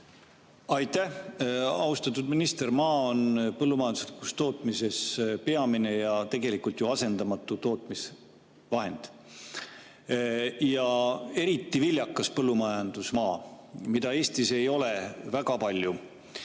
Aitäh! Austatud minister! Maa on põllumajanduslikus tootmises peamine ja tegelikult ju asendamatu tootmisvahend, eriti viljakas põllumajandusmaa, mida Eestis väga palju